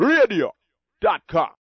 Radio.com